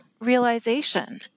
realization